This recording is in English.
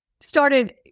started